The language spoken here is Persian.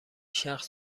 شخص